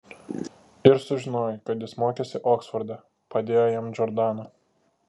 ir sužinojai kad jis mokėsi oksforde padėjo jam džordana